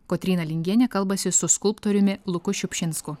kotryna lingienė kalbasi su skulptoriumi luku šiupšinsku